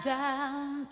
down